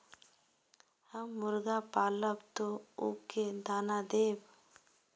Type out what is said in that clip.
हम मुर्गा पालव तो उ के दाना देव?